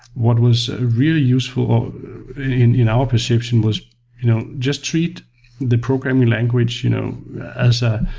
what was really useful in our perception was you know just treat the programming language you know as ah